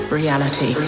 reality